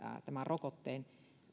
tämä rokotteen